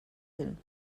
hin